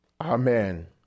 Amen